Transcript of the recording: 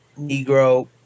negro